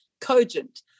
cogent